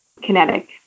kinetic